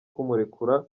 kumurekura